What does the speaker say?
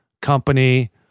Company